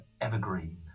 evergreen